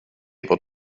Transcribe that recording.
able